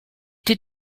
did